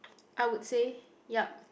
I would say yup